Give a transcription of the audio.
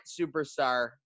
superstar